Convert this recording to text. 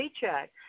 paycheck